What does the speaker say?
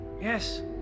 Yes